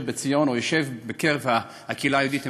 בציון או יושב בקרב הקהילה היהודית האמריקנית,